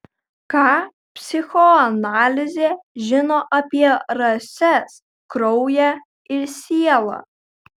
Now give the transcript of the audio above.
ką psichoanalizė žino apie rases kraują ir sielą